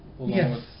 Yes